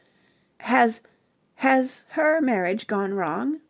has has her marriage gone wrong?